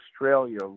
Australia